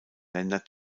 länder